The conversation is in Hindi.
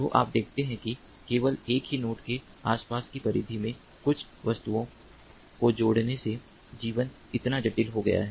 तो आप देखते हैं कि केवल एक ही नोड के आसपास की परिधि में कुछ वस्तुओं को जोड़ने से जीवन इतना जटिल हो गया है